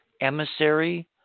emissary